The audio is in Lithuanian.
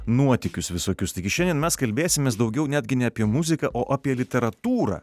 nuotykius visokius taigi šiandien mes kalbėsimės daugiau netgi ne apie muziką o apie literatūrą